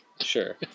Sure